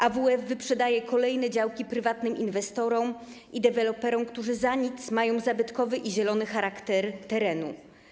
AWF wyprzedaje kolejne działki prywatnym inwestorom i deweloperom, którzy za nic mają zabytkowy i zielony charakter terenu.